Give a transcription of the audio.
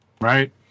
Right